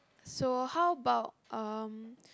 so how about um